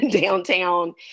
downtown